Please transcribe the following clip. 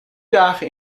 dagen